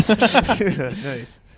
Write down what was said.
Nice